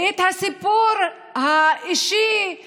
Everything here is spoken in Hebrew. ואת הסיפור האישי, הלאומי,